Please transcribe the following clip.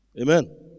Amen